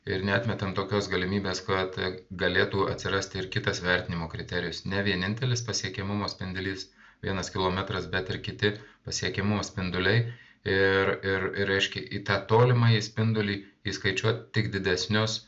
ir neatmetam tokios galimybės kad galėtų atsirasti ir kitas vertinimo kriterijus ne vienintelis pasiekiamumo spindulys vienas kilometras bet ir kiti pasiekiamumo spinduliai ir ir reiškia į tą tolimąjį spindulį įskaičiuot tik didesnius